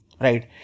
right